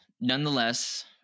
nonetheless